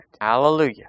Hallelujah